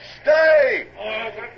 stay